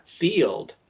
field